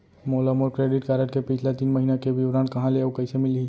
मोला मोर credit card के पिछला तीन महीना के विवरण कहाँ ले अऊ कइसे मिलही?